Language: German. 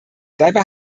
dabei